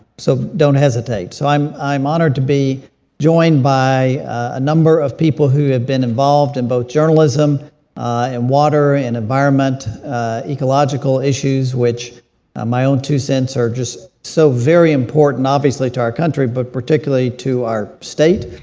so don't hesitate. so i'm i'm honored to be joined by a number of people who have been involved in both journalism and water and environment ecological issues, which ah my own two cents are just so very important obviously to our country, but particularly to our state.